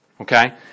Okay